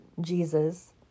Jesus